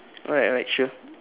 alright alright sure